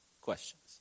questions